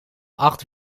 acht